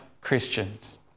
Christians